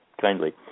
kindly